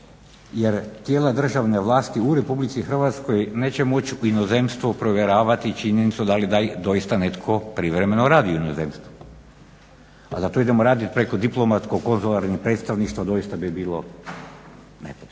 jer tijela državne vlasti u RH neće moći u inozemstvu provjeravati činjenicu da li taj doista netko privremeno radi u inozemstvu. Pa da to idemo raditi preko diplomatsko konzularnih predstavništva doista bi bilo nepotrebno.